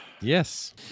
Yes